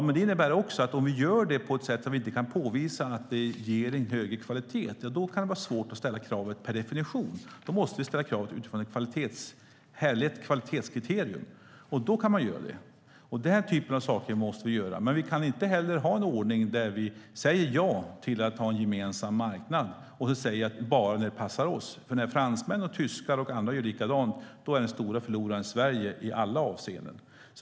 Men om vi ställer krav på ett sätt där vi inte kan påvisa att det ger högre kvalitet kan det vara svårt att ställa det kravet per definition. Man måste ställa kravet utifrån ett härlett kvalitetskriterium - då kan man göra det. Vi kan inte ha en ordning där vi säger ja till att ha en gemensam marknad men sedan säger: Bara när det passar oss. När fransmän, tyskar och andra gör likadant är den stora förloraren i alla avseenden Sverige.